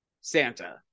Santa